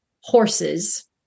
horses